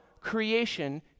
creation